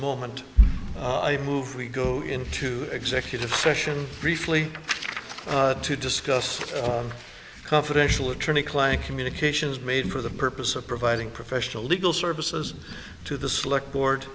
moment i move we go into executive session briefly to discuss confidential attorney client communications made for the purpose of providing professional legal services to the select board